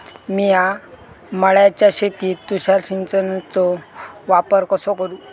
मिया माळ्याच्या शेतीत तुषार सिंचनचो वापर कसो करू?